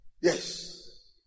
Yes